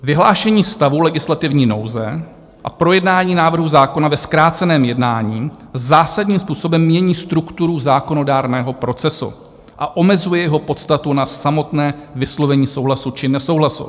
Vyhlášení stavu legislativní nouze a projednání návrhu zákona ve zkráceném jednání zásadním způsobem mění strukturu zákonodárného procesu a omezuje jeho podstatu na samotné vyslovení souhlasu či nesouhlasu.